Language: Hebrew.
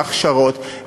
בהכשרות,